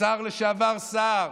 השר לשעבר סער,